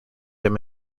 him